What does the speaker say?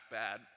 bad